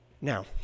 Now